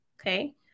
Okay